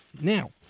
now